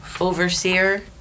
overseer